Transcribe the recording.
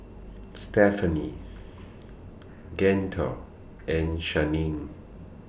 Stephani Gaither and Shianne